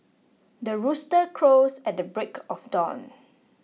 the rooster crows at the break of dawn